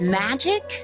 magic